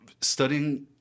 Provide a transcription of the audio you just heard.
Studying